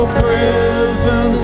prison